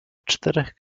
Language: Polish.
czterech